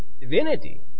divinity